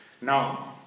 Now